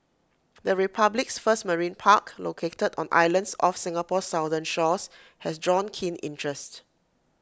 the republic's first marine park located on islands off Singapore's southern shores has drawn keen interest